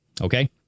Okay